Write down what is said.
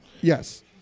Yes